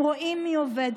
הם רואים מי עובד,